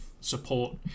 support